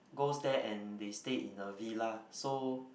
goes there and they stay in a villa so